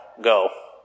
go